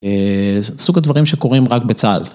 סוג הדברים שקורים רק בצהל.